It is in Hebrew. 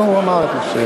אדוני היושב-ראש,